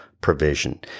provision